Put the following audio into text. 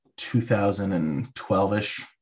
2012-ish